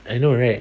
I know right